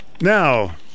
now